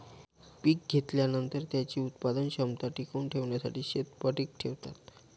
पीक घेतल्यानंतर, त्याची उत्पादन क्षमता टिकवून ठेवण्यासाठी शेत पडीक ठेवतात